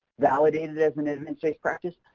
validated as an evidence-based practice,